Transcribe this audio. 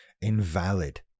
invalid